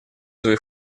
свой